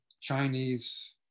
Chinese